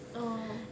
orh